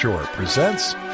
presents